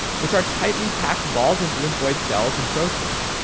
which are tightly packed balls of lymphoid cells and protein.